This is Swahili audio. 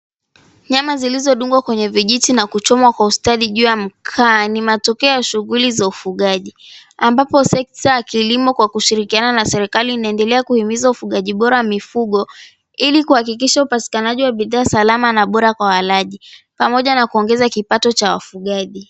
Nyama zilizodungwa kwenye vijiti na kuchomwa kwa ustadi juu ya makaa, ni matokeo ya shughuli za ufugaji. Ambapo sekta ya kiliimo kwa kushirikiana na serikali inaendelea kuhimiza ufugaji bora wa mifugo, ili kuhakikisha upatikanaji wa bidhaa salama na bora kwa walaji. Pamoja na kuongeza kipato cha wafugaji.